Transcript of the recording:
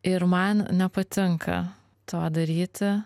ir man nepatinka to daryti